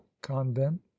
convent